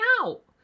out